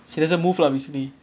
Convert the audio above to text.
she doesn't move lah basically